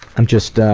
i'm just ah